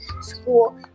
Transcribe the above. school